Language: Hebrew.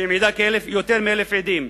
שמעידה יותר מאלף עדים,